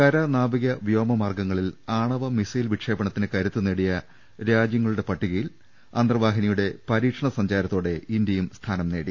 കര നാവിക വ്യോമ മാർഗ്ഗങ്ങളിൽ ആണവ മിസൈൽ വിക്ഷേ പണത്തിന് കരുത്ത് നേടിയ രാജൃങ്ങളുടെ പട്ടികയിൽ അന്തർവാഹിനിയുടെ പരീക്ഷണ സഞ്ചാരത്തോടെ ഇന്തൃയും സ്ഥാനംനേടി